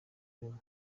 bimwe